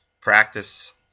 Practice